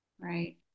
Right